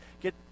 get